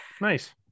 Nice